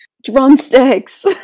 drumsticks